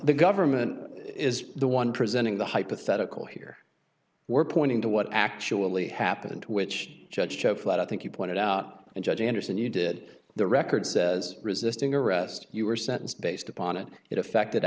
the government is the one presenting the hypothetical here we're pointing to what actually happened which judge chauffeured i think you pointed out and judge andersen you did the record says resisting arrest you were sentenced based upon it it affected